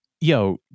yo